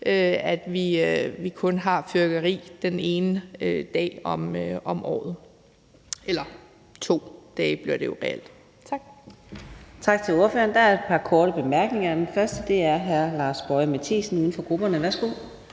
at vi kun har fyrværkeri den ene dag om året – eller 2 dage bliver det jo reelt. Tak.